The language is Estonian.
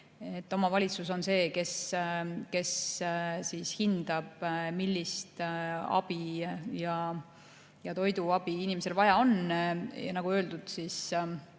Omavalitsus on see, kes hindab, millist abi ja toiduabi inimesel vaja on, ja nagu öeldud ka